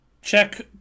check